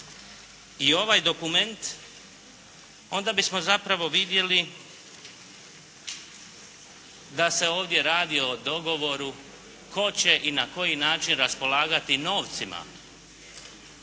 i ovaj dokument, onda bismo zapravo vidjeli da se ovdje radi o dogovoru tko će i na koji način raspolagati novcima.